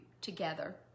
together